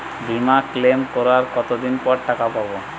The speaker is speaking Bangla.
বিমা ক্লেম করার কতদিন পর টাকা পাব?